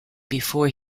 before